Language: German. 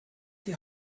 die